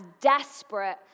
desperate